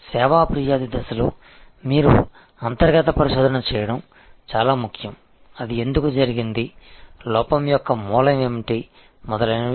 సేవా ఫిర్యాదుల దశలో మీరు అంతర్గత పరిశోధన చేయడం చాలా ముఖ్యం అది ఎందుకు జరిగింది లోపం యొక్క మూలం ఏమిటి మొదలైనవి